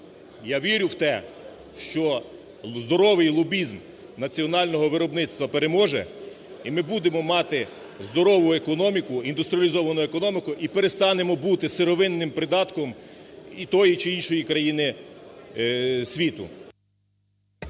Я вірю в те, що здоровий лобізм національного виробництва переможе, і ми будемо мати здорову економіку, індустріалізовану економіку і перестанемо бути сировинним придатком тої чи іншої країни світу.